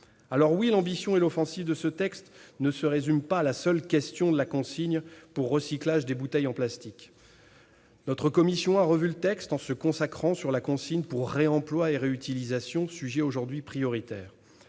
Alors oui, l'ambition et l'offensive de ce texte ne se résument pas à la seule question de la consigne pour recyclage des bouteilles en plastique. Notre commission a revu le texte en se consacrant sur la consigne pour réemploi et réutilisation, sujets aujourd'hui prioritaires.